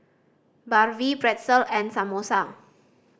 Barfi Pretzel and Samosa